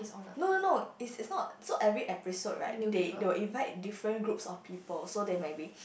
no no no it's it's not so every episode right they they will invite different groups of people so they maybe